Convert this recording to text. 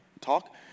talk